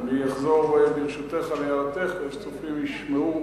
אני אחזור, ברשותך, על הערתך כדי שהצופים ישמעו.